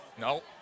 No